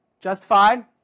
justified